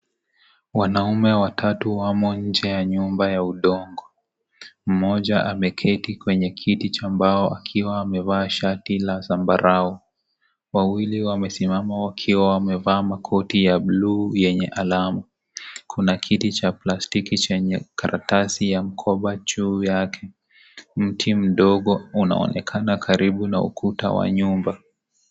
Wanaume watatu wamo nje ya nyumba ya udongo, mmoja ameketi kwenye kiti cha mbao akiwa amevaa shati la zambarau, wawili wamesimama wakiwa wamevaa makoti ya buluu yenye alama, kuna kiti cha plastiki chenye karatasi ya mkoba juu yake, mti mdogo unaonekana karibu na ukuta wa nyumba.